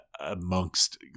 amongst